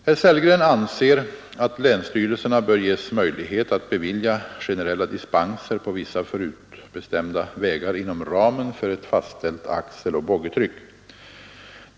Herr Sellgren anser att länsstyrelserna bör ges möjlighet att bevilja generella dispenser på vissa förutbestämda vägar inom ramen för ett fastställt axeloch boggitryck.